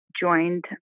joined